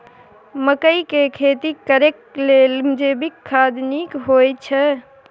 मकई के खेती करेक लेल जैविक खाद नीक होयछै?